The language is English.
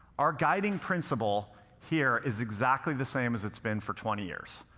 our guiding principle here is exactly the same as it's been for twenty years,